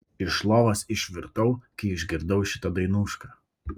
iš lovos išvirtau kai išgirdau šitą dainušką